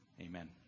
Amen